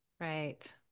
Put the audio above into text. Right